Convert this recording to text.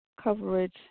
coverage